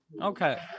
okay